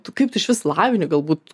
tu kaip tu išvis lavini galbūt